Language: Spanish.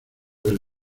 del